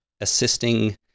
assisting